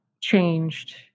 changed